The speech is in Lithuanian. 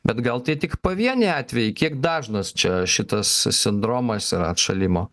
bet gal tai tik pavieniai atvejai kiek dažnas čia šitas sindromas atšalimo